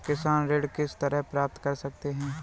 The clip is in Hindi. किसान ऋण किस तरह प्राप्त कर सकते हैं?